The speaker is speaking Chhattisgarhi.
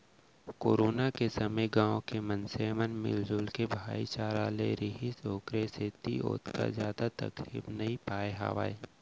कोरोना के समे गाँव के मनसे मन मिलजुल के भाईचारा ले रिहिस ओखरे सेती ओतका जादा तकलीफ नइ पाय हावय